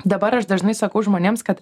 dabar aš dažnai sakau žmonėms kad